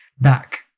back